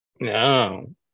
no